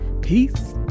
Peace